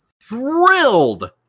thrilled